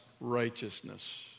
righteousness